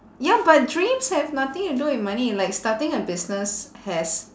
ya but dreams have nothing to do with money like starting a business has